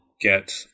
get